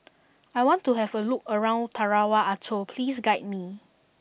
I want to have a look around Tarawa Atoll Please guide me